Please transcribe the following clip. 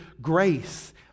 grace